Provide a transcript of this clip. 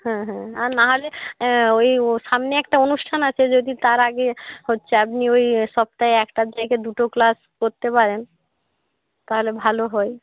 হ্যাঁ হ্যাঁ আর নাহলে ওই ও সামনে একটা অনুষ্ঠান আছে যদি তার আগে হচ্ছে আপনি ওই সপ্তাহে একটার জায়গায় দুটো ক্লাস করতে পারেন তাহলে ভালো হয়